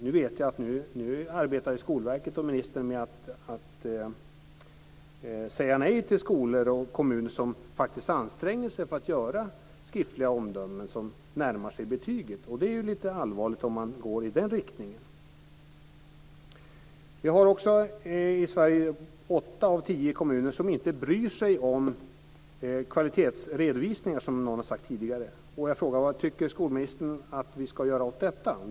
Nu vet jag att Skolverket och ministern arbetar för att säga nej till skolor och kommuner som faktiskt anstränger sig för att ge skriftliga omdömen som närmar sig betyget. Det är ju lite allvarligt om man går i den riktningen. I Sverige är det åtta av tio kommuner som inte bryr sig om kvalitetsredovisningar, som någon har sagt tidigare. Vad tycker skolministern att vi ska göra åt detta?